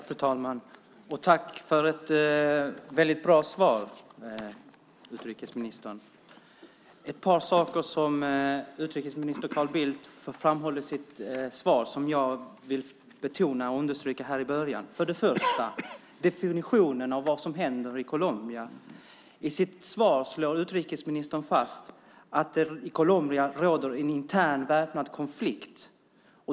Fru talman! Tack för ett väldigt bra svar, utrikesministern! Det är ett par saker som utrikesminister Carl Bildt framhåller i sitt svar som jag vill betona och understryka i början. Först och främst är det definitionen av det som händer i Colombia. I sitt svar slår utrikesministern fast att det i Colombia råder en intern väpnad konflikt.